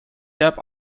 jääb